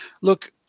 Look